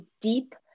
deep